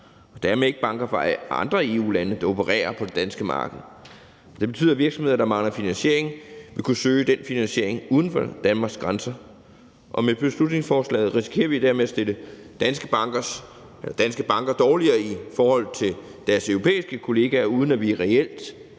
og dermed ikke banker fra andre EU-lande, der opererer på det danske marked. Det betyder, at virksomheder, der mangler finansiering, vil kunne søge den finansiering uden for Danmarks grænser, og med beslutningsforslaget risikerer vi dermed at stille danske banker dårligere i forhold til deres europæiske kolleger, uden at vi reelt